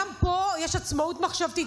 גם פה יש עצמאות מחשבתית.